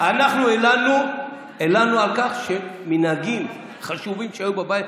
אנחנו הלנו על כך שמנהגים חשובים שהיו בבית,